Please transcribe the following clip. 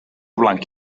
blanc